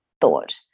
thought